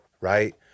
right